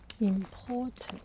important